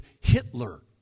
Hitler